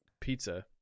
pizza